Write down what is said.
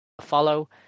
follow